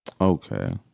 Okay